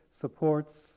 supports